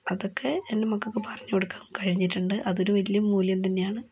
അതൊക്കെ എൻ്റെ മക്കൾക്ക് പറഞ്ഞു കൊടുക്കാൻ കഴിഞ്ഞിട്ടുണ്ട് അത് ഒരു വലിയ മൂല്യം തന്നെയാണ്